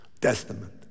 Testament